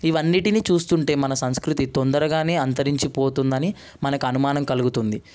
ఇవన్నిటిని చూస్తుంటే మన సంస్కృతి తొందరగానే అంతరించిపోతుందని మనకు అనుమానం కలుగుతుంది